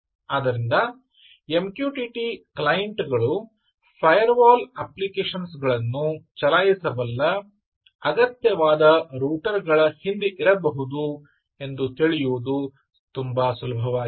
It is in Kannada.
ಆದ್ದರಿಂದ MQTT ಕ್ಲೈಂಟ್ಗಳು ಫೈರ್ವಾಲ್ ಅಪ್ಲಿಕೇಶನ್ ಗಳನ್ನು ಚಲಾಯಿಸಬಲ್ಲ ಅಗತ್ಯವಾದ ರೂಟರ್ ಗಳ ಹಿಂದೆ ಇರಬಹುದು ಎಂದು ತಿಳಿಯುವುದು ತುಂಬಾ ಸುಲಭವಾಗಿದೆ